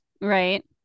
Right